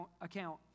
account